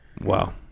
Wow